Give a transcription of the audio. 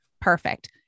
perfect